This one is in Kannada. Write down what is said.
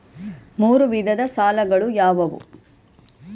ಮೂರು ವಿಧದ ಸಾಲಗಳು ಯಾವುವು?